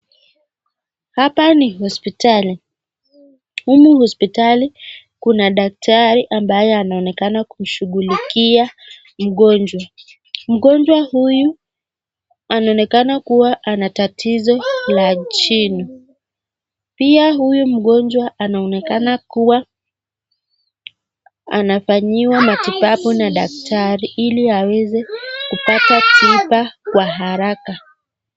Hapa ni hospitali, humu hospitali kuna daktari ambaye anaonekana kushughulikia mgonjwa. Mgonjwa huyu anaonekana kuwa ana tatizo la jino pia huyu mgonjwa anaonekana kuwa anafanyiwa matibabu na daktari ili aweze kupata tiba kwa haraka.